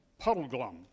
Puddleglum